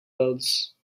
clothes